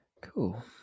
Cool